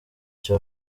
cya